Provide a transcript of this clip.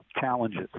challenges